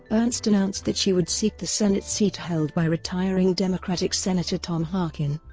ernst announced that she would seek the senate seat held by retiring democratic senator tom harkin.